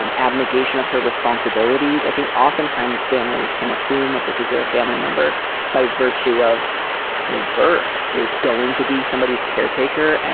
um abnegation of her responsibilities. i think oftentimes families can assume a particular family member by virtue of their birth is going to be somebodies caretaker.